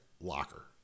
locker